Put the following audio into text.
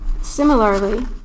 Similarly